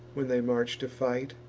when they march to fight,